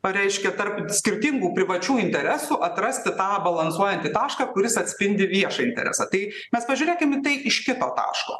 reiškia tarp skirtingų privačių interesų atrasti tą balansuojantį tašką kuris atspindi viešą interesą tai mes pažiūrėkim į tai iš kito taško